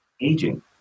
aging